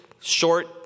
short